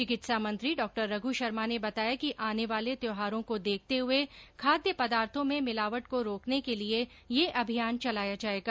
चिकित्सा मंत्री डॉ रघ्र शर्मा ने बताया कि आने वाले त्यौहारों को देखते हुए खाद्य पदार्थो में मिलावट को रोकने के लिये यह अभियान चलाया जायेगा